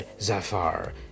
Zafar